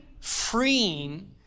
freeing